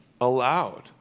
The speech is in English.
allowed